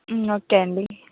okay అండి